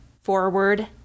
forward